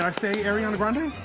um say ariana grande?